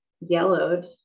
yellowed